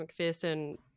McPherson